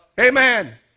Amen